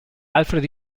alfred